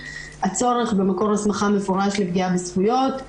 הצורך במקור הסמכה מפורש לפגיעה בזכויות.